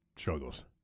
struggles